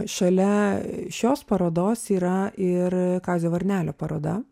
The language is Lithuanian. šalia šios parodos yra ir kazio varnelio paroda